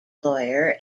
lawyer